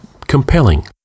compelling